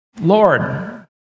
Lord